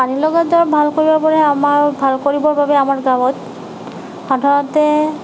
পানী লগা জ্বৰ ভাল কৰিব পৰা আমাৰ ভাল কৰিবৰ বাবে আমাৰ গাঁৱত সাধাৰণতে